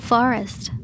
Forest